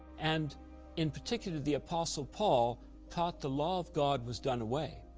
and in particular the apostle paul taught the law of god was done away.